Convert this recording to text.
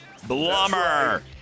blummer